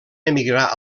emigrar